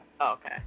Okay